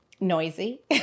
noisy